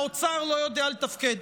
האוצר לא יודע לתפקד?